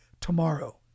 tomorrow